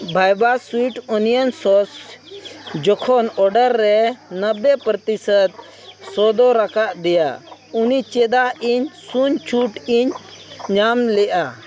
Veeba sweet onion sauce ᱡᱚᱠᱷᱚᱱ order ᱨᱮ ᱱᱚᱵᱽᱵᱮ ᱯᱚᱨᱛᱤᱥᱚᱛ ᱥᱚᱫᱚᱨ ᱨᱟᱠᱟᱫ ᱫᱮᱭᱟ ᱩᱱᱤ ᱪᱮᱫᱟᱜ ᱤᱧ ᱥᱩᱱ ᱪᱷᱩᱴ ᱤᱧ ᱧᱟᱢ ᱞᱮᱜᱼᱟ